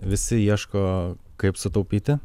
visi ieško kaip sutaupyti